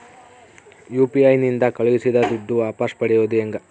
UPI ನಿಂದ ಕಳುಹಿಸಿದ ದುಡ್ಡು ವಾಪಸ್ ಪಡೆಯೋದು ಹೆಂಗ?